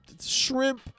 shrimp